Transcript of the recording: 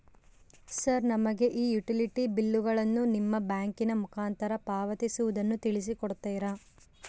Sir ನಮಗೆ ಈ utility ಬಿಲ್ಲುಗಳನ್ನು ನಿಮ್ಮ ಬ್ಯಾಂಕಿನ ಮುಖಾಂತರ ಪಾವತಿಸುವುದನ್ನು ತಿಳಿಸಿ ಕೊಡ್ತೇರಾ?